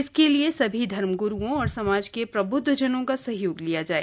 इसके लिए सभी धर्मग्रुओं और समाज के प्रबुद्धजनों का सहयोग लिया जाए